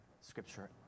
Scripture